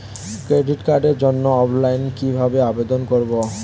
Credit কার্ডের জন্য অফলাইনে কিভাবে আবেদন করব?